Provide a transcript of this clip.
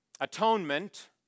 Atonement